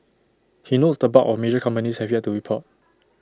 he notes the bulk of major companies have yet to report